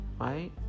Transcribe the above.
right